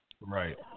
Right